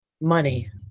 Money